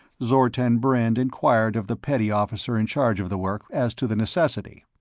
zortan brend inquired of the petty officer in charge of the work as to the necessity.